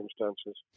circumstances